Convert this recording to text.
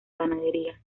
ganadería